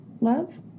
love